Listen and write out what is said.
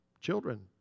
Children